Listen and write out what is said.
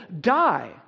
die